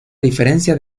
diferencia